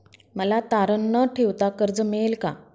मला तारण न ठेवता कर्ज मिळेल का?